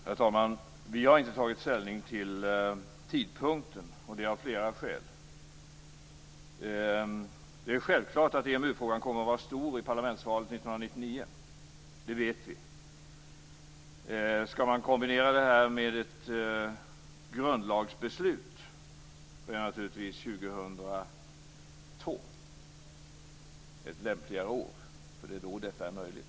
Herr talman! Vi har inte tagit ställning till tidpunkten. Skälen till det är flera. Det är självklart att EMU frågan kommer att vara stor i parlamentsvalet 1999. Det vet vi. Skall man kombinera med ett grundlagsbeslut är naturligtvis 2002 ett lämpligare år, för det är då detta är möjligt.